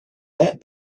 that